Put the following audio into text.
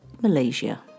Malaysia